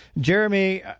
Jeremy